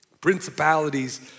Principalities